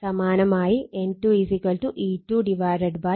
സമാനമായി N2 E2 4